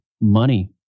Money